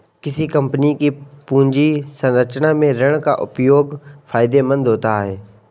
किसी कंपनी की पूंजी संरचना में ऋण का उपयोग फायदेमंद होता है